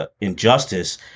injustice